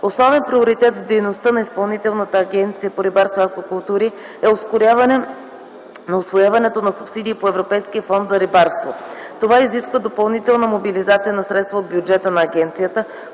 Основен приоритет в дейността на Изпълнителната агенция по рибарство и аквакултури е ускоряване на усвояването на субсидии по Европейския фонд за рибарство. Това изисква допълнителна мобилизация на средства от бюджета на агенцията,